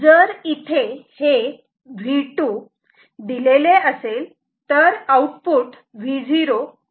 जर इथे हे V2 दिलेले असेल तर आउटपुट Vo किती असू शकते